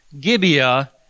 Gibeah